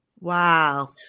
Wow